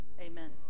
Amen